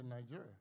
Nigeria